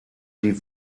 die